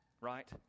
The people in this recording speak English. right